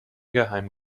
geheim